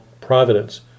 providence